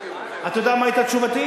יגיעו, אתה יודע מה היתה תשובתי?